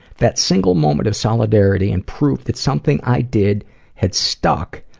that single moment of solidarity and proof that something i did had stuck,